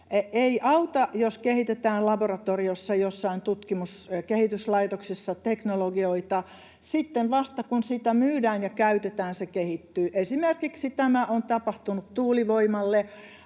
Ei auta, jos kehitetään laboratoriossa, jossain tutkimus- ja kehityslaitoksessa, teknologioita. Sitten vasta, kun sitä myydään ja käytetään, se kehittyy. Esimerkiksi tämä on tapahtunut tuulivoimalle.